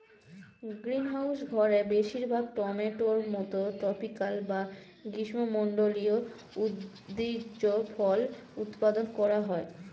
greenhouse ঘরে বেশিরভাগ টমেটোর মতো ট্রপিকাল বা গ্রীষ্মমন্ডলীয় উদ্ভিজ্জ ফল উৎপাদন করা হয়